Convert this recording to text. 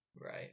right